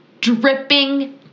dripping